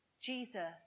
Jesus